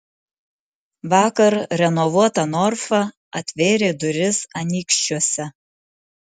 vakar renovuota norfa atvėrė duris anykščiuose